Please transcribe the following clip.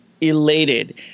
elated